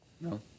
No